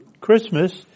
Christmas